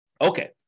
Okay